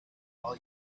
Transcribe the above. all